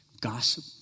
gossip